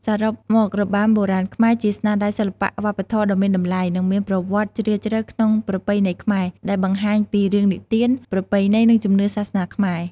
សរុបមករបាំបុរាណខ្មែរ ជាស្នាដៃសិល្បៈវប្បធម៌ដ៏មានតម្លៃ និងមានប្រវត្តិជ្រាលជ្រៅក្នុងប្រពៃណីខ្មែរ ដែលបង្ហាញពីរឿងនិទាន ប្រពៃណី និងជំនឿសាសនាខ្មែរ។